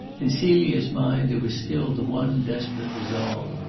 in celia's mind there was still the one desperate resolve.